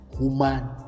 human